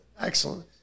excellent